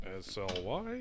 SLY